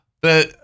But-